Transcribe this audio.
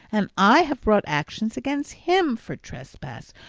and i have brought actions against him for trespass,